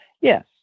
Yes